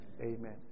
Amen